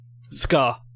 Scar